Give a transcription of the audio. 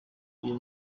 uyu